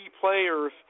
players